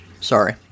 Sorry